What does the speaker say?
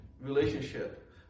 relationship